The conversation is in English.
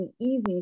easy